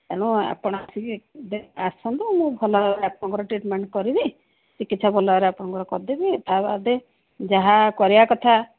ଏଣୁ ଆପଣ ଆସିକି ଆସନ୍ତୁ ମୁଁ ଭଲ ଭାବରେ ଆପଣଙ୍କ ଟ୍ରିଟ୍ମେଣ୍ଟ କରିବି ଚିକିତ୍ସା ଭଲ ଭାବରେ ଆପଣଙ୍କ କରିଦେବି ତା ବାଦେ ଯାହା କରିବା କଥା